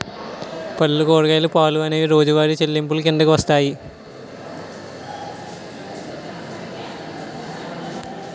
పళ్ళు కూరగాయలు పాలు అనేవి రోజువారి చెల్లింపులు కిందకు వస్తాయి